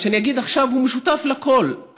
מה שאני אגיד עכשיו משותף לכול,